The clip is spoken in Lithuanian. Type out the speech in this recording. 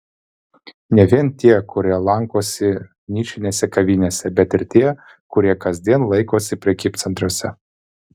ne vien tie kurie lankosi nišinėse kavinėse bet ir tie kurie kasdien laikosi prekybcentriuose